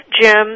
Jim